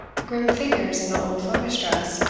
grim figures in the old flemish dress,